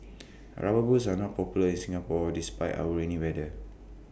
rubber boots are not popular in Singapore despite our rainy weather